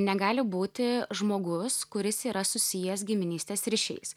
negali būti žmogus kuris yra susijęs giminystės ryšiais